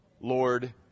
Lord